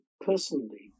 personally